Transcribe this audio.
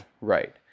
right